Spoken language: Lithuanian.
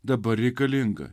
dabar reikalinga